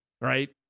Right